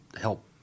help